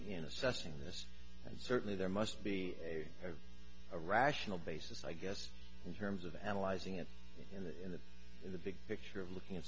in assessing this and certainly there must be a rational basis i guess in terms of analyzing it in the in the in the big picture of looking at